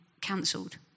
cancelled